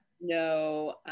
no